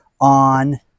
on